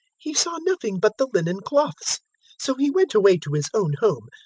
he saw nothing but the linen cloths so he went away to his own home,